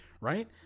right